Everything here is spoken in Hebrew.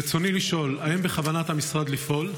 רצוני לשאול: 1. האם בכוונת המשרד לפעול,